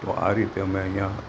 તો આ રીતે અમે અહીંયાં